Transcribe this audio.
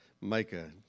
Micah